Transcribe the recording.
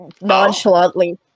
Nonchalantly